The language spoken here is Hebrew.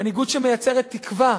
מנהיגות שמייצרת תקווה,